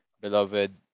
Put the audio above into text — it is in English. beloved